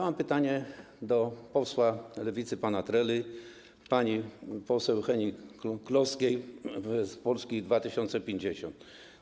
Mam pytanie do posła Lewicy pana Treli i pani poseł Hennig-Kloski z Polski 2050.